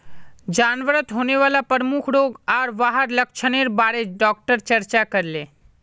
जानवरत होने वाला प्रमुख रोग आर वहार लक्षनेर बारे डॉक्टर चर्चा करले